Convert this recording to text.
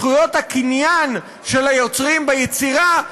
זכויות הקניין של היוצרים ביצירה,